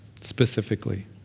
Specifically